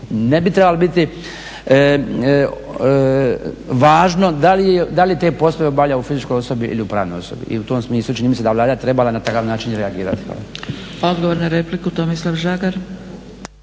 ne bi trebalo biti važno da li te poslove obavlja u fizičkoj osobi ili u pravnoj osobi i u tom smislu čini mi se da bi Vlada trebala na takav način i reagirati. Hvala.